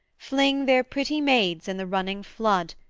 fling their pretty maids in the running flood,